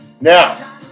Now